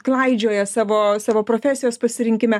klaidžioja savo savo profesijos pasirinkime